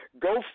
go